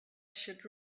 should